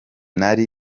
ntari